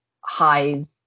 highs